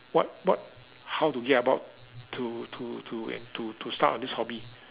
what what how to get about to to to and to to start on this hobby